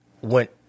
went